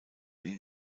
ihn